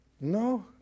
No